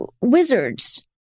wizards